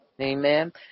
Amen